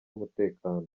umutekano